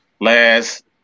last